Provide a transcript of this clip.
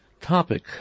topic